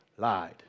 lied